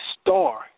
star